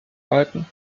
balken